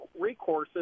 recourses